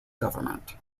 government